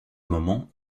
moment